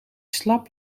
slap